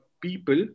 people